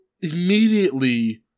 immediately